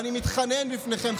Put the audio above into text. ואני מתחנן בפניכם,